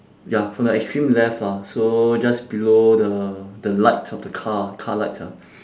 ya from the extreme left lah so just below the the lights of the car car lights ah